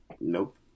Nope